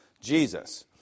Jesus